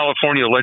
California